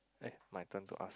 eh my turn to ask